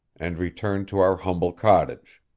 and return to our humble cottage.